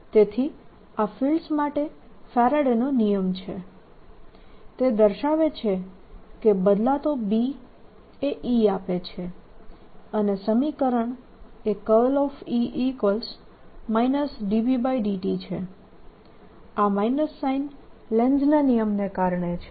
તેથી આ ફિલ્ડ્સ માટે ફેરાડેનો નિયમ છે તે દર્શાવે છે કે બદલાતો B એ E આપે છે અને સમીકરણ એ ∂B∂t છે આ માઈનસ સાઈન લેન્ઝના નિયમને કારણે છે